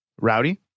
rowdy